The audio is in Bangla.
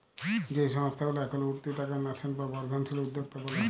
যেই সংস্থা গুলা এখল উঠতি তাকে ন্যাসেন্ট বা বর্ধনশীল উদ্যক্তা ব্যলে